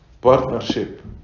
partnership